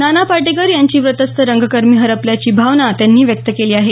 नाना पाटेकर यांनी व्रतस्थ रंगकर्मी हरपल्याची भावना व्यक्त केली आहे